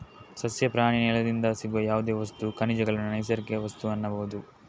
ಸಸ್ಯ, ಪ್ರಾಣಿ, ನೆಲದಿಂದ ಸಿಗುವ ಯಾವುದೇ ವಸ್ತು, ಖನಿಜಗಳನ್ನ ನೈಸರ್ಗಿಕ ವಸ್ತು ಅನ್ಬಹುದು